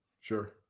Sure